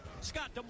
Scott